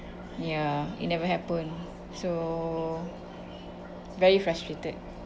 ya it never happen so very frustrated